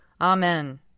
Amen